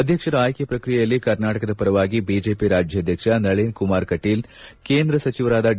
ಅಧ್ಯಕ್ಷರ ಆಯ್ಕೆ ಪ್ರಕ್ರಿಯೆಯಲ್ಲಿ ಕರ್ನಾಟಕದ ಪರವಾಗಿ ಬಿಜೆಪಿ ರಾಜ್ಕಾಧ್ಯಕ್ಷ ನಳಿನ್ ಕುಮಾರ್ ಕಟೀಲ್ ಕೇಂದ್ರ ಸಚಿವರಾದ ಡಿ